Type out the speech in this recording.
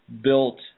built